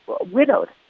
widowed